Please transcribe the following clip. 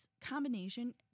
combination